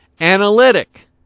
Analytic